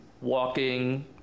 walking